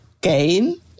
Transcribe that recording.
game